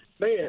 man